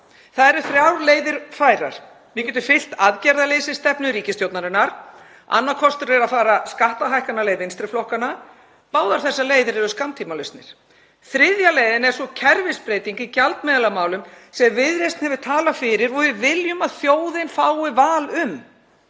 Það eru þrjár leiðir færar. Við getum fylgt aðgerðaleysisstefnu ríkisstjórnarinnar. Annar kostur er að fara skattahækkunarleið vinstri flokkanna. Báðar þessar leiðir eru skammtímalausnir. Þriðja leiðin er svo kerfisbreyting í gjaldmiðlamálum sem Viðreisn hefur talað fyrir og við viljum að þjóðin fái val um.